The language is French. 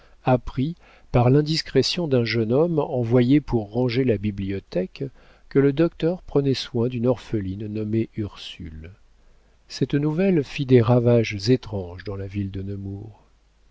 apprit par l'indiscrétion d'un jeune homme envoyé pour ranger la bibliothèque que le docteur prenait soin d'une orpheline nommée ursule cette nouvelle fit des ravages étranges dans la ville de